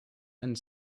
and